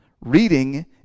Reading